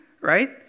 right